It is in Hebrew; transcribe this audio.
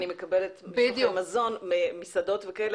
אני מקבלת משלוחי מזון ממסעדות וכאלה,